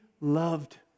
loved